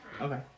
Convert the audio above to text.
Okay